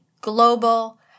Global